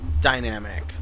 dynamic